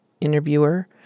interviewer